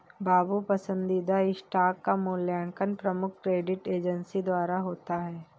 बाबू पसंदीदा स्टॉक का मूल्यांकन प्रमुख क्रेडिट एजेंसी द्वारा होता है